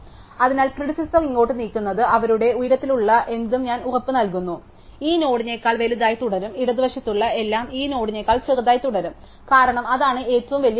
അതിനാൽ പ്രിഡിസെസാർ ഇങ്ങോട്ട് നീക്കുന്നത് അവരുടെ ഉയരത്തിലുള്ള എന്തും ഞാൻ ഉറപ്പ് നൽകുന്നു ഈ നോഡിനേക്കാൾ വലുതായി തുടരും ഇടതുവശത്തുള്ള എല്ലാം ഈ നോഡിനേക്കാൾ ചെറുതായി തുടരും കാരണം അതാണ് ഏറ്റവും വലിയ മൂല്യങ്ങൾ